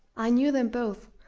i knew them both,